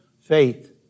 faith